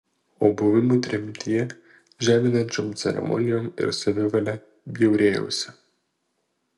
o buvimu tremtyje žeminančiom ceremonijom ir savivale bjaurėjausi